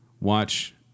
watch